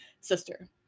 sister